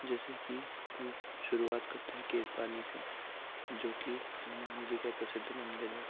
जैसे कि हम शुरुआत करते हैं केरपानी से जो कि हनुमान जी का प्रसिद्ध मंदिर है